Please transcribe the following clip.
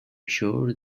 sure